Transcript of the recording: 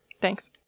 thanks